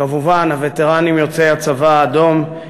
כמובן הווטרנים יוצאי הצבא האדום,